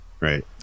Right